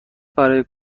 برای